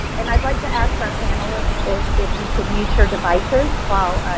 and i'd like to ask our panelists if if you could mute your devices while,